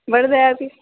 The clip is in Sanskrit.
वर्धयति